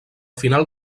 final